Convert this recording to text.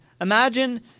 Imagine